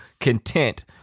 content